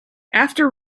after